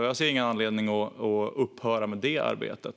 Jag ser ingen anledning att upphöra med det arbetet.